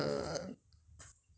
need to go to market to buy